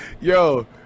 Yo